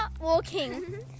walking